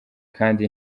kandi